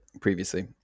previously